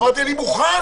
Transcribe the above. אמרתי: אני מוכן